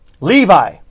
Levi